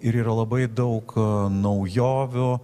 ir yra labai daug naujovių